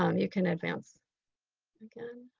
um you can advance again.